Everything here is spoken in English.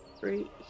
right